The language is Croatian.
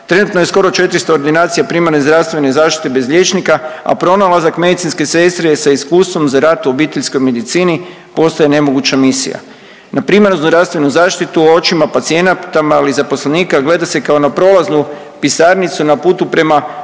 Trenutno je skoro 400 ordinacija primarne zdravstvene zaštite bez liječnika, a pronalazak medicinske sestre sa iskustvom za rad u obiteljskoj medicini postaje nemoguća misija. Na primarnu zdravstvenu zaštitu u očima pacijenata, ali i zaposlenika gleda se kao na prolaznu pisarnicu na putu prema